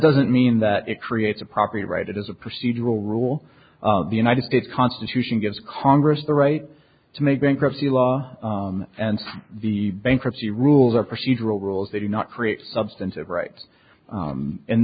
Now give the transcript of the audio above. doesn't mean that it creates a property right it is a procedural rule the united states constitution gives congress the right to make bankruptcy law and the bankruptcy rules are procedural rules they do not create substantive right